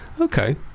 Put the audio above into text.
Okay